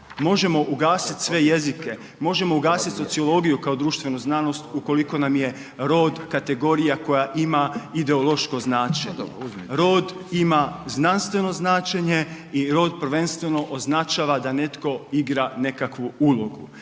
Možemo ugasiti sve jezike, možemo ugasiti sociologiju kao društvenu znanost ukoliko nam je rod kategorija koja ima ideološko značenje. Rod imam znanstveno značenje i rod prvenstveno označava da netko igra nekakvu ulogu.